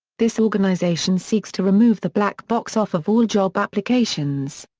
this organization seeks to remove the black box off of all job applications.